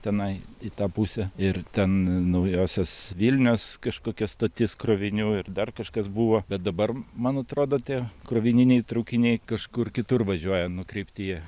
tenai į tą pusę ir ten naujosios vilnios kažkokia stotis krovinių ir dar kažkas buvo bet dabar man atrodo tie krovininiai traukiniai kažkur kitur važiuoja nukreipti jie